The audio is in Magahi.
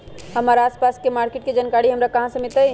हमर आसपास के मार्किट के जानकारी हमरा कहाँ से मिताई?